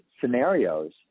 scenarios